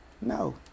No